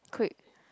quick